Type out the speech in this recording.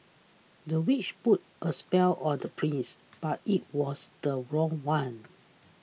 the witch put a spell on the prince but it was the wrong one